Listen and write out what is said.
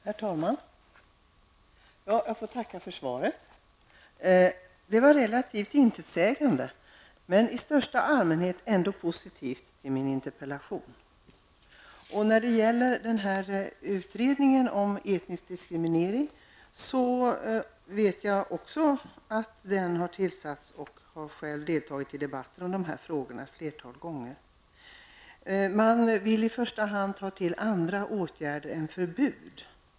Herr talman! Jag ber att få tacka för svaret. Det var relativt intetsägande, men i största allmänhet ändå positivt till min interpellation. Jag vet att det har tillsatts en utredning om etnisk diskriminering, och jag har själv deltagit i debatter om dessa frågor ett flertal gånger. Man vill i första hand ta till andra åtgärder än förbud.